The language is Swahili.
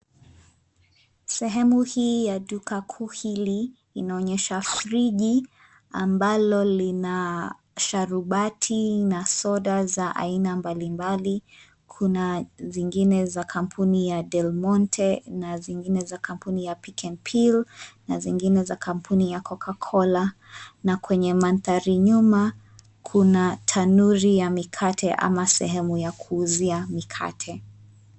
Sehemu hii ya duka kuu hili inaonyesha friji ambalo lina sharubati na soda za aina mbali mbali kuna zingine za kampuni ya Delmonte, na zingine za kampuni ya Pick and Peel, na zingine za kampuni ya Coca Cola na kwenye mandhari nyuma kuna tanuri ya mikate ama sehemu ya kuuzia mikate.